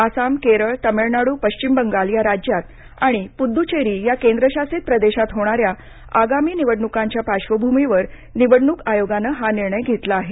आसाम केरळ तामिळनाडू पश्चिम बंगाल ह्या राज्यात आणि पुदच्चेरी या केंद्रशासित प्रदेशात होणाऱ्या आगामी निवडणुकांच्या पार्श्वभूमीवर निवडणुक आयोगानं हा निर्णय घेतला आहे